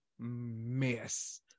Miss